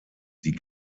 die